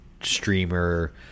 streamer